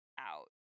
out